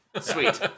Sweet